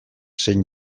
zein